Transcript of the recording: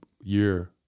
year